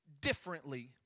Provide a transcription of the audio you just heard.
differently